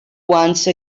once